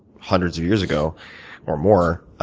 hundreds of years ago or more,